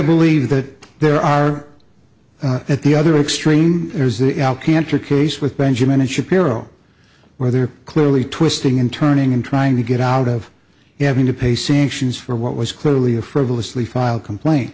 believe that there are at the other extreme there's the al cantar case with benjamin shapiro where they're clearly twisting and turning and trying to get out of having to pay sanctions for what was clearly a frivolously filed complain